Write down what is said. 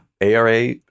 ARA